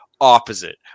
opposite